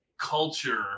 culture